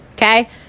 Okay